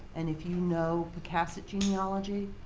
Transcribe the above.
and if you know pocassets genealogy,